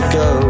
go